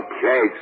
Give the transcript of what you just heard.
Okay